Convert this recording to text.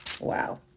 Wow